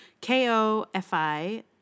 K-O-F-I